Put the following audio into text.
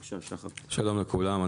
בבקשה שחר.